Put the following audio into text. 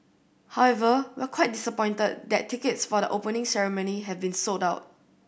however we're quite disappointed that tickets for the Opening Ceremony have been sold out